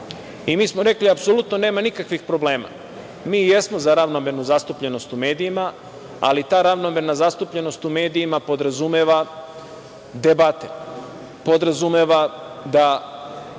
i mi smo rekli – apsolutno nema nikakvih problema, mi i jesmo za ravnomernu zastupljenost u medijima, ali ta ravnomerna zastupljenost u medijima podrazumeva debate, podrazumeva da